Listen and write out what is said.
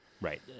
right